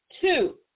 two